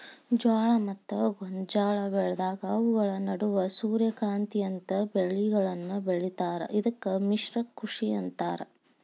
ಜೋಳ ಮತ್ತ ಗೋಂಜಾಳ ಬೆಳೆದಾಗ ಅವುಗಳ ನಡುವ ಸೂರ್ಯಕಾಂತಿಯಂತ ಬೇಲಿಗಳನ್ನು ಬೆಳೇತಾರ ಇದಕ್ಕ ಮಿಶ್ರ ಕೃಷಿ ಅಂತಾರ